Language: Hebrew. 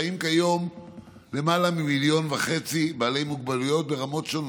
חיים כיום למעלה מ-1.5 מיליון בעלי מוגבלויות ברמות שונות.